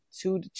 two